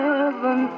Heaven